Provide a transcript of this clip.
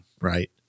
right